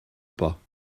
pas